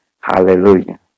Hallelujah